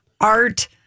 art